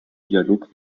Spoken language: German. dialog